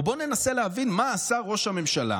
או בואו ננסה להבין מה עשה ראש הממשלה